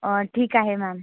ठीक आहे मॅम